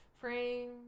frame